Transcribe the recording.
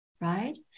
right